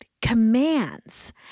Commands